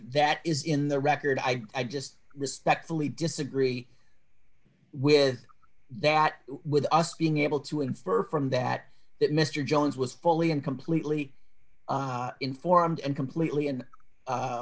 that is in the record i just respectfully disagree with that with us being able to infer from that that mr jones was fully and completely informed and completely